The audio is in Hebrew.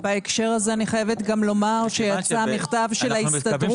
בהקשר הזה אני חייבת לומר שיצא מכתב של ההסתדרות.